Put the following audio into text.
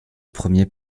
premier